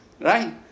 right